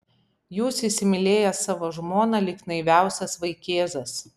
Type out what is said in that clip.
jūs įsimylėjęs savo žmoną lyg naiviausias vaikėzas